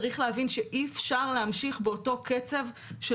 צריך להבין שאי אפשר להמשיך באותו קצב של